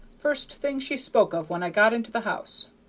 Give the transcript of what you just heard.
first thing she spoke of when i got into the house.